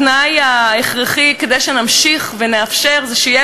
התנאי ההכרחי כדי שנמשיך ונאפשר הוא שיהיה